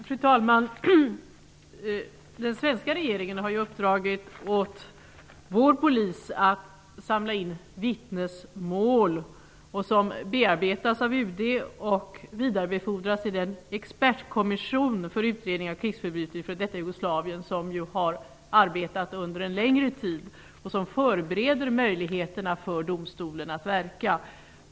Fru talman! Den svenska regeringen har uppdragit åt vår polis att samla in vittnesmål. Dessa bearbetas av UD och vidarebefordras till Expertkommissionen för utredning av krygsförbrytelser i det f.d. Jugoslavien. Denna expertkommission har arbetat under en längre tid och den förbereder möjligheterna för domstolen att verka.